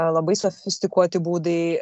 labai sofistikuoti būdai